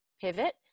pivot